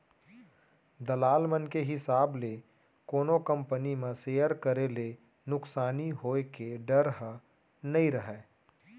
दलाल मन के हिसाब ले कोनो कंपनी म सेयर करे ले नुकसानी होय के डर ह नइ रहय